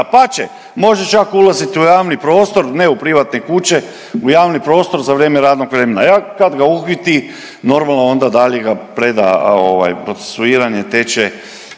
dapače može čak ulaziti i u javni prostor, ne u privatne kuće, u javni prostor za vrijeme radnog vremena i kad ga uhiti normalno onda dalje ga preda ovaj procesuiranje teče